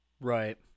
Right